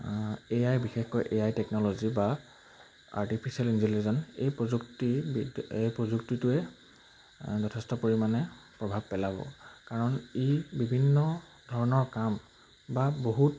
এ I বিশেষকৈ A I technology বা artificial intelligence এই প্ৰযুক্তি এই প্ৰযুক্তিটোৱে যথেষ্ট পৰিমাণে প্ৰভাৱ পেলাব কাৰণ ই বিভিন্ন ধৰণৰ কাম বা বহুত